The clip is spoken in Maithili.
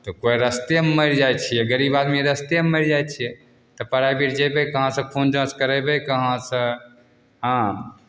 तऽ कोइ रस्तेमे मरि जाइ छियै गरीब आदमी रस्तेमे मरि जाइ छियै तऽ प्राइभेट जयबै कहाँसँ खून जाँच करयबै कहाँसँ हँ